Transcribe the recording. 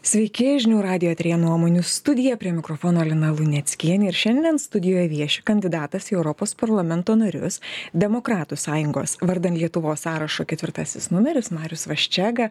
sveiki žinių radijo eteryje nuomonių studija prie mikrofono lina luneckienė ir šiandien studijoj vieši kandidatas į europos parlamento narius demokratų sąjungos vardan lietuvos sąrašo ketvirtasis numeris marius vaščega